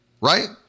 right